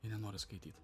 jie nenori skaityt